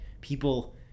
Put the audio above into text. people